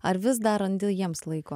ar vis dar randi jiems laiko